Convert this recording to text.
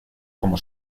como